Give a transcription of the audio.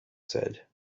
said